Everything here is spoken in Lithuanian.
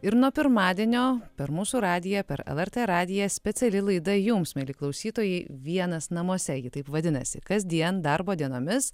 ir nuo pirmadienio per mūsų radiją per lrt radiją speciali laida jums mieli klausytojai vienas namuose ji taip vadinasi kasdien darbo dienomis